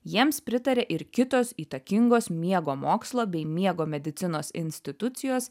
jiems pritarė ir kitos įtakingos miego mokslo bei miego medicinos institucijos